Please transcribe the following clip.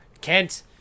Kent